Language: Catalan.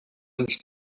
ens